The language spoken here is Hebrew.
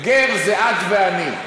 גר זה את ואני.